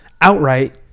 outright